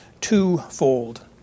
twofold